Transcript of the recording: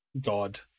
god